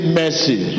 mercy